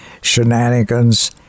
Shenanigans